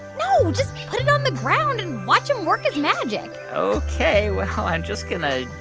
no, just put it on the ground and watch him work his magic ok, well, i'm just going ah